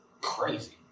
crazy